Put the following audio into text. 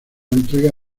entrega